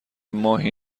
ماهی